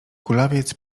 kulawiec